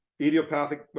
Idiopathic